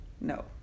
No